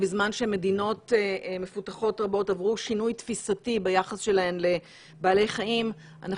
בזמן שמדינות מפותחות רבות עברו שינוי תפיסתי ביחס שלהם לבעלי חיים אנחנו